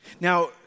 Now